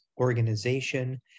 Organization